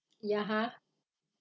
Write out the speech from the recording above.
ya !huh!